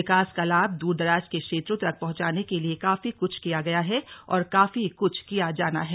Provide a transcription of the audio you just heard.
विकास का लाभ दूरदराज के क्षेत्रों तक पहुंचाने के लिए काफी कुछ किया गया है और काफी कुछ किया जाना है